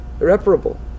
irreparable